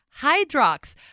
Hydrox